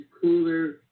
cooler